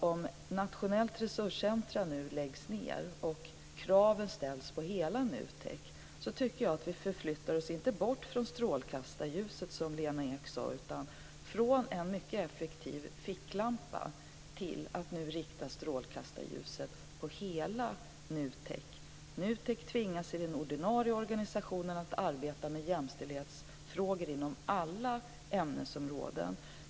Om Nationellt resurscentrum nu läggs ned och kraven ställs på hela NUTEK förflyttar vi oss inte bort från strålkastarljuset, som Lena Ek sade, utan från en mycket effektiv ficklampa till att nu rikta strålkastarljuset på hela NUTEK. NUTEK tvingas i den ordinarie organisationen att arbeta med jämställdhetsfrågor inom alla ämnesområden.